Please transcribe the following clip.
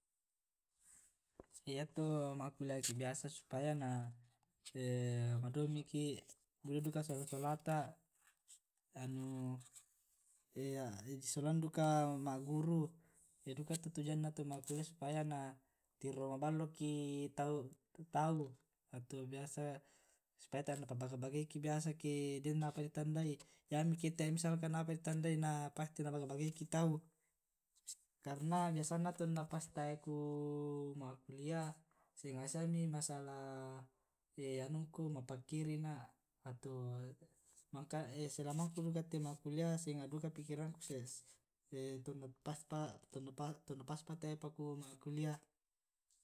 Yato ma' kuliah ki biasa supaya na madomiki buda duka sola solata. Anu disolang duka ma'guru ya duka tujuanna tu ma' kuliah supaya na tiro maballoki tau. Atau biasa supaya tae' na pa' baga bagaiki biasa ke den apa ditandai. Yamike tae apa misalkan ditandai biasa di tandai, na pasti na baga bagaiki tau, karena biasanna to pas tae kuu ma' kulliah senga' siami masalah anungku mappikirina. Selama ku te ma' kuliah senga' duka pikiranku pas tae pa ku ma' kuliah